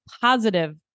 positive